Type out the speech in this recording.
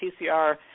PCR